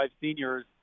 seniors